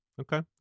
Okay